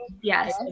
Yes